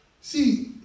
See